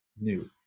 new